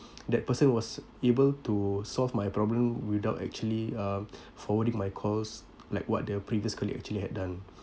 that person was able to solve my problem without actually uh forwarding my cause like what the previous colleague actually had done